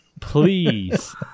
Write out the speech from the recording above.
please